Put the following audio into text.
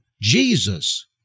Jesus